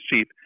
chief